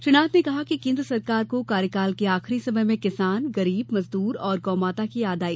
श्री नाथ ने कहा कि केन्द्र सरकार को कार्यकाल के आखरी समय में किसान गरीब मजदूर और गौमाता की याद आई